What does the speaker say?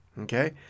Okay